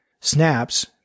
Snaps